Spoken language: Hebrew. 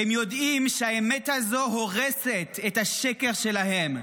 הם יודעים שהאמת הזו הורסת את השקר שלהם.